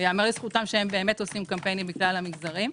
ייאמר לזכותם שהם באמת עושים קמפיינים לכלל המגזרים.